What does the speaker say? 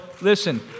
listen